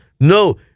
No